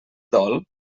dol